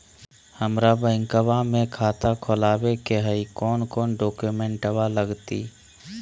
हमरा बैंकवा मे खाता खोलाबे के हई कौन कौन डॉक्यूमेंटवा लगती?